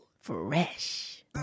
Fresh